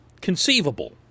conceivable